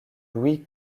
louis